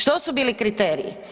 Što su bili kriteriji?